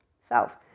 self